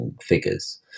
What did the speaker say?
figures